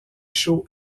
chaud